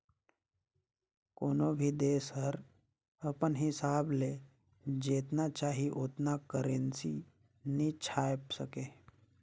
कोनो भी देस हर अपन हिसाब ले जेतना चाही ओतना करेंसी नी छाएप सके